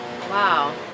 Wow